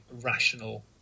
rational